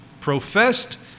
professed